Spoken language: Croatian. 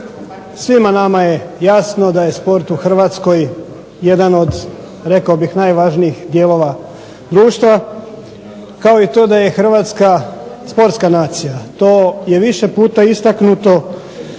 Svima nama je jasno da je sport u HRvatskoj jedan rekao bih jedan od najvažnijih dijelova društva kao i to da je Hrvatska sportska nacija. To je više puta istaknuto